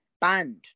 Banned